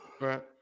Right